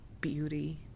beauty